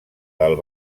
del